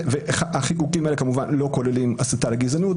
והחיקוקים האלה כמובן לא כוללים הסתה לגזענות,